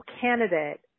candidate